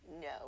no